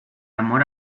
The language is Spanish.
amor